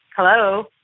Hello